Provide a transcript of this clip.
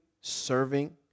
serving